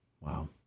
wow